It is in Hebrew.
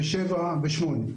7 ו-8.